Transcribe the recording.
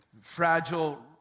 Fragile